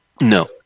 No